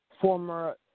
former